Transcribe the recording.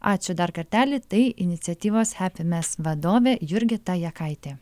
ačiū dar kartelį tai iniciatyvos hapimes vadovė jurgita jakaitė